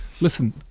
Listen